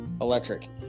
electric